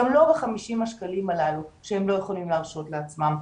גם לא ב-50 השקלים הללו שהם לא יכולים להרשות לעצמם.